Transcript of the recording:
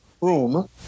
room